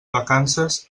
vacances